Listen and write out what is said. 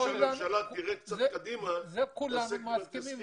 כולנו מסכימים